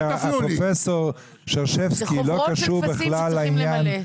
זה חוברות של טפסים שצריכים למלא.